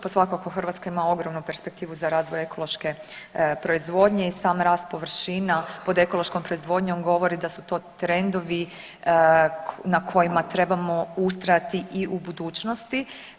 Pa svakako Hrvatska ima ogromnu perspektivu za razvoj ekološke proizvodnje i sam rast površina pod ekološkom proizvodnjom govori da su to trendovi na kojima trebamo ustrajati i u budućnosti.